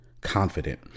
Confident